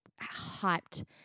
hyped